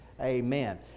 Amen